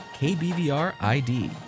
KBVRID